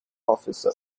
officer